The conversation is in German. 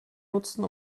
nutzen